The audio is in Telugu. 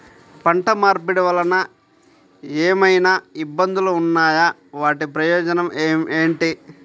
పంట మార్పిడి వలన ఏమయినా ఇబ్బందులు ఉన్నాయా వాటి ప్రయోజనం ఏంటి?